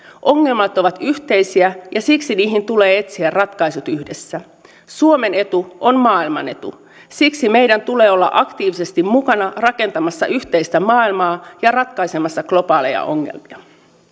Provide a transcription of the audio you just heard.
ongelmat ovat yhteisiä ja siksi niihin tulee etsiä ratkaisut yhdessä suomen etu on maailman etu siksi meidän tulee olla aktiivisesti mukana rakentamassa yhteistä maailmaa ja ratkaisemassa globaaleja ongelmia